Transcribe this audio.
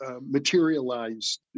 materialized